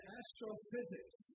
astrophysics